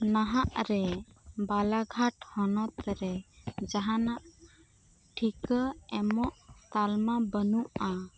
ᱱᱟᱦᱟᱜ ᱨᱮ ᱵᱟᱞᱟᱜᱷᱟᱴ ᱦᱚᱱᱚᱛ ᱨᱮ ᱡᱟᱦᱟᱱᱟᱜ ᱴᱤᱠᱟᱹ ᱮᱢᱚᱜ ᱛᱟᱞᱢᱟ ᱵᱟᱹᱱᱩᱜᱼᱟ